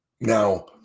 Now